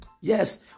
Yes